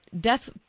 Death